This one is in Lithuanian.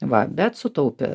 va bet sutaupė